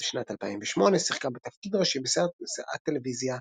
בשנת 2008 שיחקה בתפקיד ראשי בסרט הטלוויזיה "Princess"